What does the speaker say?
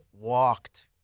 walked